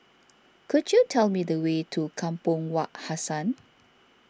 could you tell me the way to Kampong Wak Hassan